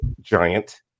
giant